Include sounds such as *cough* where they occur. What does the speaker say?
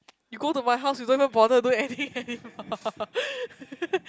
you go to my house you don't even bother to do anything anymore *laughs*